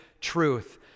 truth